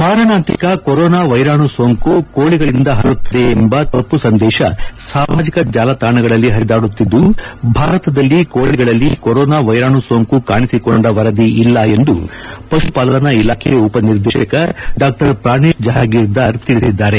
ಮಾರಣಾಂತಿಕ ಕೊರೊನಾ ವೈರಾಣು ಸೋಂಕು ಕೋಳಿಗಳಿಂದ ಹರಡುತ್ತದೆ ಎಂಬ ತಪ್ಪು ಸಂದೇಶ ಸಾಮಾಜಿಕ ಜಾಲತಾಣಗಳಲ್ಲಿ ಹರಿದಾಡುತ್ತಿದ್ದು ಭಾರತದಲ್ಲಿ ಕೋಳಿಗಳಲ್ಲಿ ಕೊರೊನಾ ವೈರಾಣು ಸೋಂಕು ಕಾಣಿಸಿಕೊಂಡ ವರದಿ ಇಲ್ಲ ಎಂದು ಪಶುಪಾಲನಾ ಇಲಾಖೆ ಉಪನಿರ್ದೇಶಕ ಡಾ ಪ್ರಾಣೇಶ ಜಹಾಗೀರದಾರ್ ತಿಳಿಸಿದ್ದಾರೆ